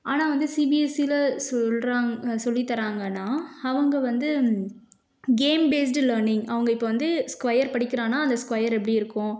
ஆனால் வந்து சிபிஎஸ்சியில சொல்கிறாங் சொல்லித்தராங்கன்னால் அவங்க வந்து கேம் பேஸ்டு லேர்னிங் அவங்க இப்போ வந்து ஸ்கொயர் படிக்கிறான்னால் அந்த ஸ்கொயர் எப்படி இருக்கும்